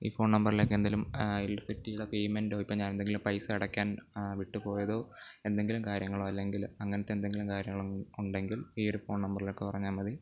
ഈ ഫോൺ നമ്പറിലേക്ക് എന്തെങ്കിലും സെറ്റ് ചെയ്ത പേയ്മെൻറ്റോ ഇപ്പോൾ ഞാനെന്തെങ്കിലും പൈസ അടക്കാൻ വിട്ടു പോയതോ എന്തെങ്കിലും കാര്യങ്ങളോ അല്ലെങ്കിൽ അങ്ങനത്തെ എന്തെങ്കിലും കാര്യങ്ങളോ ഉണ്ടെങ്കിൽ ഈയൊരു ഫോൺ നമ്പറിലേക്കു പറഞ്ഞാൽ മതി